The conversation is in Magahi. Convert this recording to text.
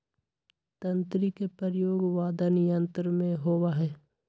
तंत्री के प्रयोग वादन यंत्र में होबा हई